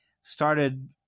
started